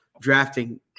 drafting